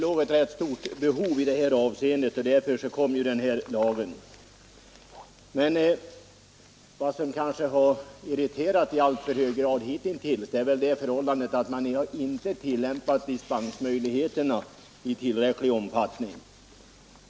Herr talman! Det förelåg ju i allmänhet ett rätt stort behov av irriterat i alltför hög grad hittills är det förhållandet att dispensmöjligheterna inte har tillämpats i tillräcklig omfattning.